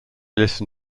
listen